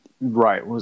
Right